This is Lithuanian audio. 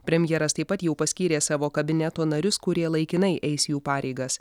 premjeras taip pat jau paskyrė savo kabineto narius kurie laikinai eis jų pareigas